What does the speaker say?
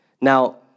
Now